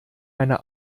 meiner